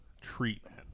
treatment